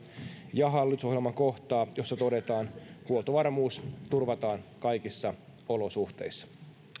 ja hallitusohjelman kohtaa jossa todetaan että huoltovarmuus turvataan kaikissa olosuhteissa